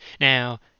Now